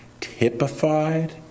typified